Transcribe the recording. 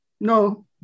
No